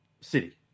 city